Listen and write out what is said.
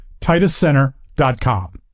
TitusCenter.com